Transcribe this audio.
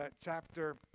chapter